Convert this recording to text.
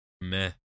meh